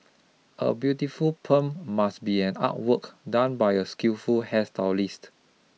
a beautiful perm must be an artwork done by a skillful hairstylist